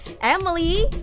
Emily